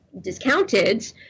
discounted